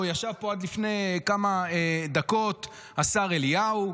או ישב פה עד לפני כמה דקות השר אליהו.